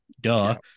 Duh